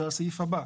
זה הסעיף הבא.